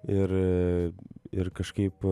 ir ir kažkaip